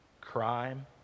crime